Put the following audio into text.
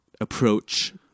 approach